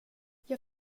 jag